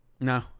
no